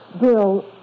Bill